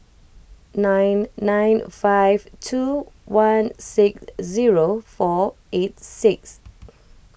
nine nine five two one six zero four eight six